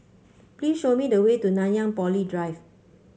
please show me the way to Nanyang Poly Drive